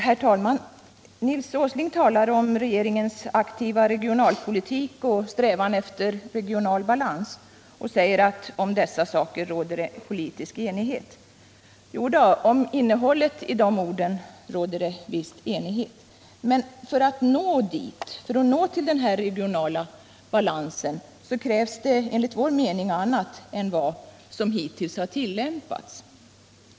Herr talman! Nils Åsling talar om regeringens aktiva regionalpolitik och strävan efter regional balans och säger att om dessa saker råder det politisk enighet. Jo då, om innehållet i de orden råder det visst enighet, men för att nå den här regionala balansen krävs det enligt vår mening annat än vad som hittills har gjorts.